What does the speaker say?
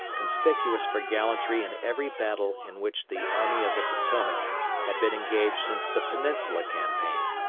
conspicuous for gallantry in every battle in which the army of the potomac had been engaged since the peninsula campaign.